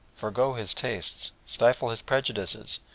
forego his tastes, stifle his prejudices,